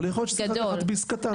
אבל יכול להיות שצריך לקחת ביס קטן,